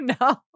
No